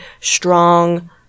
strong